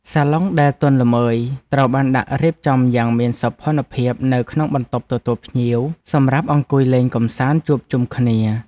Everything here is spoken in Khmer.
សាឡុងដែលទន់ល្មើយត្រូវបានដាក់រៀបចំយ៉ាងមានសោភ័ណភាពនៅក្នុងបន្ទប់ទទួលភ្ញៀវសម្រាប់អង្គុយលេងកម្សាន្តជួបជុំគ្នា។